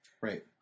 Right